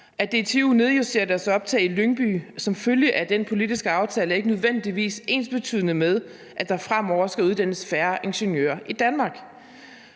At DTU nedjusterer deres optag i Lyngby som følge af den politiske aftale, er ikke nødvendigvis ensbetydende med, at der fremover skal uddannes færre ingeniører i Danmark.